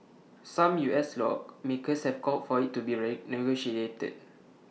some U S lawmakers have called for IT to be renegotiated